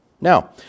Now